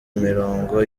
imirongo